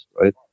right